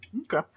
Okay